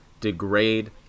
degrade